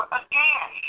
again